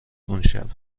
اونشب